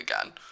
again